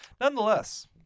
Nonetheless